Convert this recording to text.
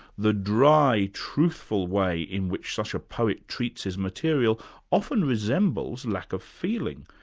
the dry, truthful way in which such a poet treats his material often resembles lack of feeling.